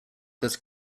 this